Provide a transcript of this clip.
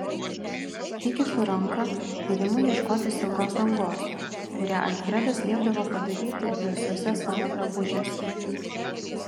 įkišu ranką ir imu ieškoti siauros angos kurią alfredas liepdavo padaryti visuose savo drabužiuose